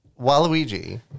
Waluigi